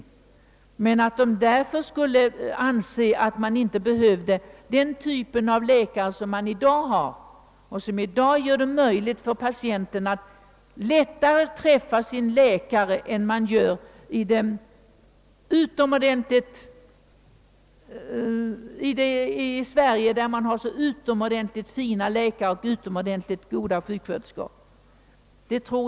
Jag tror inte att det betyder att man anser, att man inte behöver den typ av läkare som man i dag har och som gör det möjligt för patienterna att lättare träffa sin läkare än vad fallet är i Sverige, där vi har så utomordentligt fina läkare och så utomordentligt goda sjuksköterskor.